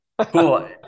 Cool